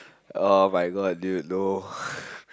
oh-my-god dude no